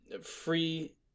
free